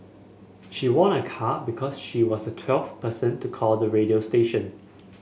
she won a car because she was the twelfth person to call the radio station